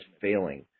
failing